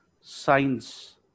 science